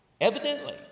Evidently